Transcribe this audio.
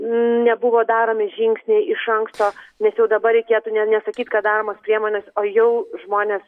nebuvo daromi žingsniai iš anksto nes jau dabar reikėtų ne nesakyt kad daromos priemonės o jau žmonės